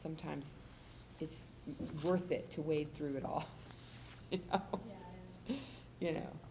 sometimes it's worth it to wade through it all y